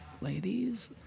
ladies